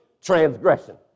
Transgression